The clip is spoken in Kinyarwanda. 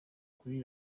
kuri